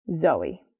Zoe